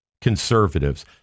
conservatives